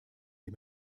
dem